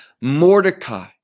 Mordecai